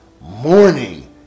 morning